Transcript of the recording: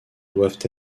doivent